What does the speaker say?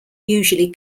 usually